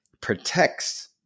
protects